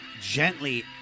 gently